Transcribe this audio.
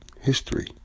history